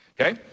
okay